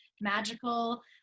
magical